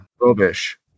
Rubbish